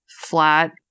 flat